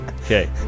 Okay